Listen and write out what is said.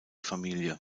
familie